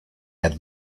had